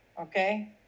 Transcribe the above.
okay